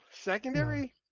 Secondary